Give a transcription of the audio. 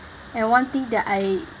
and one thing that I